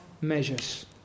measures